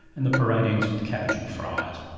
and the parade ends with capuchin friars.